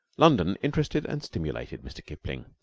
london interested and stimulated mr. kipling,